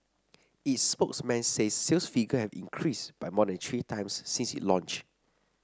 its spokesman says sales figure have increased by more than three times since it launched